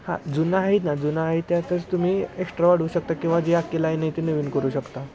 हां जुना आहे ना जुना आहे त्यातच तुम्ही एक्स्ट्रा वाढवू शकता किंवा जी अख्खी लाईन आहे ती नवीन करू शकता